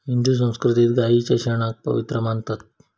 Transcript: हिंदू संस्कृतीत गायीच्या शेणाक पवित्र मानतत